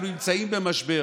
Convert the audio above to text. אנחנו נמצאים במשבר.